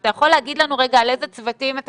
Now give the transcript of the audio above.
אתה יכול להגיד לנו רגע על איזה צוותים אתה